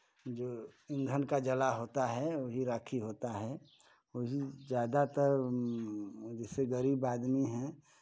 जो ईंधन का जला होता है वही राखी होता है उस ज़्यादातर जैसे गरीब आदमी है